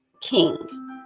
king